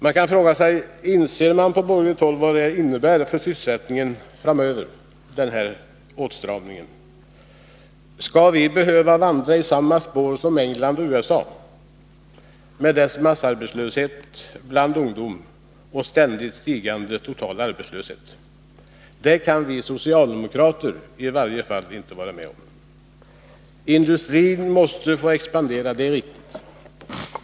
Man kan fråga sig om ni på borgerligt håll inser vad den här åtstramningen innebär för sysselsättningen framöver. Skall vi behöva vandra i samma spår som England och USA med deras massarbetslöshet bland ungdom och ständigt stigande total arbetslöshet? Det kan i varje fall vi socialdemokrater inte vara med om. Industrin måste få expandera — det är riktigt.